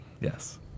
Yes